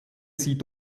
sie